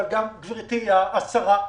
אבל גם גברתי השרה,